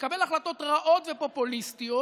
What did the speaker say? לקבל החלטות רעות ופופוליסטיות